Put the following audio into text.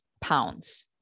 pounds